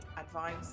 advice